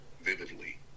Vividly